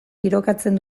tirokatzen